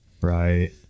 Right